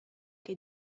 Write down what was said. che